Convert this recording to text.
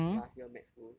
last year med school